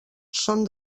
són